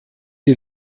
die